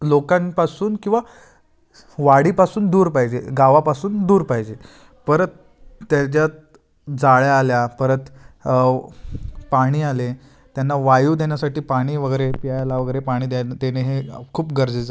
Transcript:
लोकांपासून किंवा वाडीपासून दूर पाहिजे गावापासून दूर पाहिजे परत त्याच्यात जाळ्या आल्या परत पाणी आले त्यांना वायू देण्यासाठी पाणी वगैरे प्यायला वगैरे पाणी द्या देणे हे खूप गरजेचं आहे